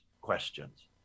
questions